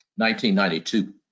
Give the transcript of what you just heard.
1992